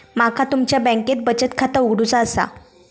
माका तुमच्या बँकेत बचत खाता उघडूचा असा?